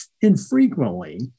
infrequently